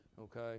okay